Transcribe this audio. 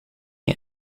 and